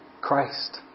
Christ